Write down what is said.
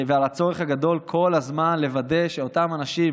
ועל הצורך הגדול כל הזמן לוודא שאותם אנשים